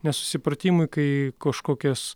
nesusipratimui kai kažkokias